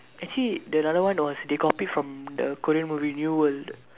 actually the another one was they copy from the Korean movie new world